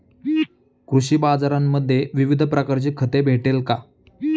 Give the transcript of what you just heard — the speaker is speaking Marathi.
कृषी बाजारांमध्ये विविध प्रकारची खते भेटेल का?